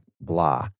blah